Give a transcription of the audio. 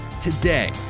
today